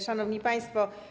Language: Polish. Szanowni Państwo!